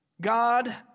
God